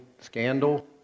scandal